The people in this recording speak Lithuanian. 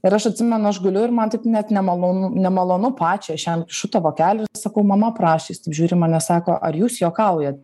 ir aš atsimenu aš guliu ir man taip net nemalonu nemalonu pačiai aš jam kišu tą vokelį ir sakau mama prašė jis taip žiūri į mane sako ar jūs juokaujat